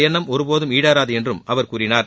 என்ணம் இந்த ஒருபோதும் ஈடேறாது என்றும் அவர் கூறினார்